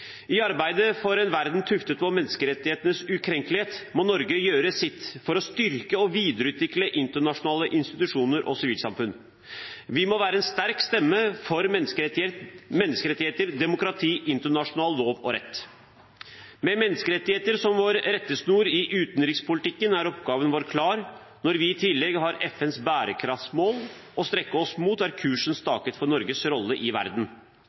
I arbeidet for en verden tuftet på menneskerettighetenes ukrenkelighet må Norge gjøre sitt for å styrke og videreutvikle internasjonale institusjoner og sivilsamfunn. Vi må være en sterk stemme for menneskerettigheter, demokrati og internasjonal lov og rett. Med menneskerettigheter som vår rettesnor i utenrikspolitikken er oppgaven vår klar. Når vi i tillegg har FNs bærekraftsmål å strekke oss mot, er kursen staket for Norges rolle i verden.